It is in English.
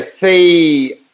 see